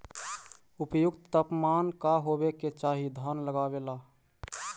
उपयुक्त तापमान का होबे के चाही धान लगावे ला?